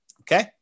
Okay